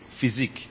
physique